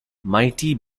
mighty